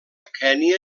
kenya